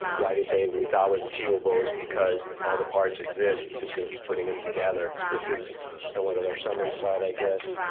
why the same we thought was achievable is because all the parts exist. it's just going to be putting them together. this is somewhat of our summary slide, i guess.